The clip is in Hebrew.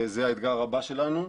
זה האתגר הבא שלנו,